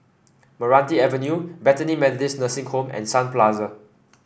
Meranti Avenue Bethany Methodist Nursing Home and Sun Plaza